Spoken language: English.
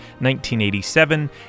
1987